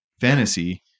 fantasy –